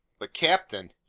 but, captain,